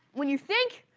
when you think,